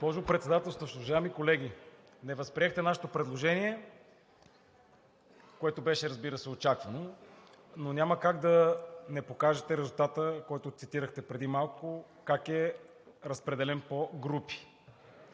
Госпожо Председателстващ, уважаеми колеги! Не възприехте нашето предложение, което, разбира се, беше очаквано, но няма как да не покажете резултата, който цитирахте преди малко, как е разпределен по групи.